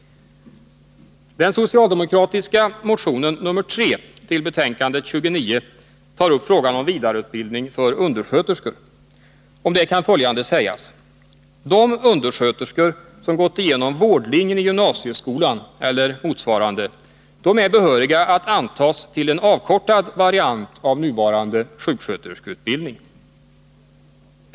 Den socialdemokratiska reservationen nr 3 till betänkande 29 tar upp frågan om vidareutbildning för undersköterskor. Om detta kan följande sägas: De undersköterskor som gått igenom vårdlinjen i gymnasieskolan eller motsvarande är behöriga att antas till en avkortad variant av nuvarande sjuksköterskeutbildning.